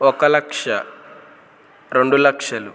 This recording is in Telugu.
ఒక లక్ష రెండు లక్షలు